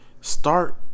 Start